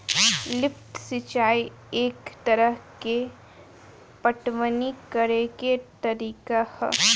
lift सिंचाई एक तरह के पटवनी करेके तरीका ह